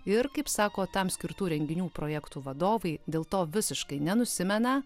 ir kaip sako tam skirtų renginių projektų vadovai dėl to visiškai nenusimena